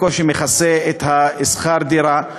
וזה בקושי מכסה את שכר הדירה.